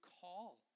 call